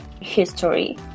history